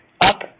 Up